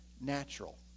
Natural